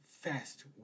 fast